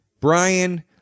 Brian